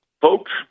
Folks